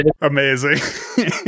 Amazing